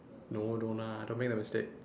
no don't lah don't make that mistake